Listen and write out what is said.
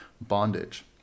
bondage